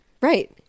Right